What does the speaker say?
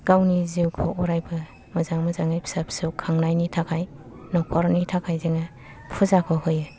गावनि जिउखौ अरायबो मोजाङै मोजां फिसा फिसौ खांनायनि थाखाय न'खरनि थाखाय जोङो फुजाखौ होयो